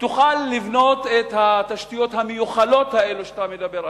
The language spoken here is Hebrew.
תוכל לבנות את התשתיות המיוחלות האלה שאתה מדבר עליהן?